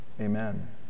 Amen